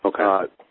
Okay